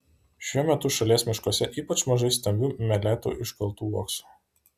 šiuo metu šalies miškuose ypač mažai stambių meletų iškaltų uoksų